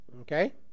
Okay